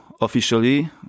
Officially